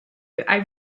rode